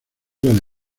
guerra